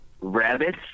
Rabbit